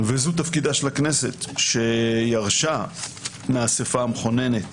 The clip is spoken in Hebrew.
וזו תפקידה של הכנסת שירשה מהאסיפה המכוננת